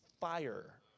fire